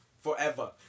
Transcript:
forever